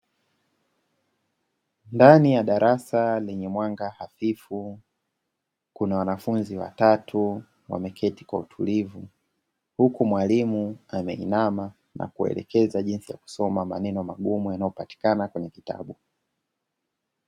Ndani ya darasa lenye mwanga hafifu kuna wanafunzi watatu wameketi kwa utulivu, huku mwalimu ameinama na kuelekeza jinsi ya kusoma maneno magumu yanayopatikana kwenye kitabu.